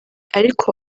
ariko